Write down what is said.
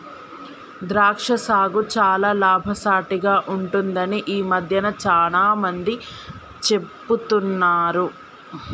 ద్రాక్ష సాగు చాల లాభసాటిగ ఉంటుందని ఈ మధ్యన చాల మంది చెపుతున్నారు